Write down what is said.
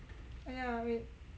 !huh!